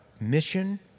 mission